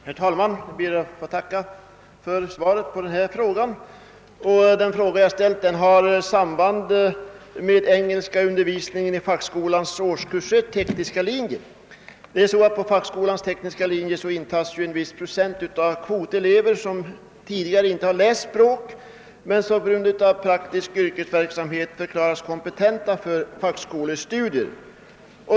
Herr talman! Jag ber att få tacka för svaret på frågan. Den fråga som jag har ställt har samband med undervisningen i engelska i fackskolans årskurs 1 i tekniska linjen. På denna linje intas en viss kvot av elever som tidigare inte har läst språk men som på grund av praktisk yrkesverksamhet förklarats kompetenta för fackskolestudier.